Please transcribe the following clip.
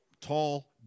tall